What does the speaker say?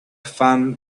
fun